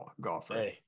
golfer